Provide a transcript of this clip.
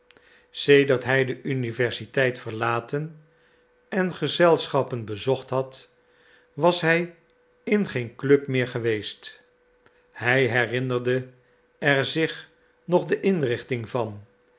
sedert hij de universiteit verlaten en gezelschappen bezocht had was hij in geen club meer geweest hij herinnerde er zich nog de inrichting van